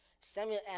Samuel